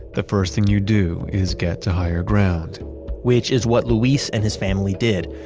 the first thing you do is get to higher ground which is what luis and his family did.